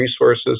resources